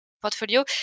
portfolio